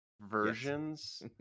versions